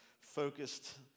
focused